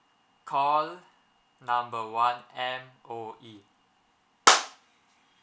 call number one M_O_E